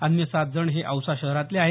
अन्य सात जण हे औसा शहरातले आहेत